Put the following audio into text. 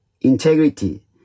integrity